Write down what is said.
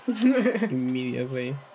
immediately